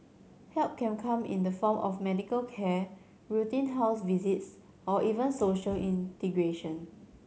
help can come in the form of medical care routine house visits or even social integration